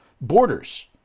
borders